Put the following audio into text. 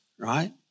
Right